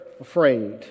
afraid